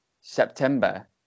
September